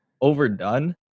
overdone